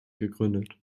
gegründet